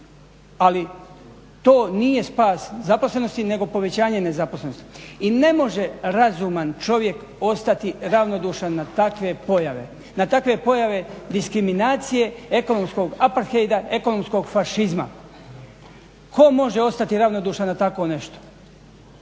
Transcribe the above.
ali to nije spas zaposlenosti nego povećanje nezaposlenosti. I ne može razuman čovjek ostati ravnodušan na takve pojave. Na takve pojave diskriminacije, ekonomskog aparthejda, ekonomskog fašizma. Tko može ostati ravnodušan na tako nešto.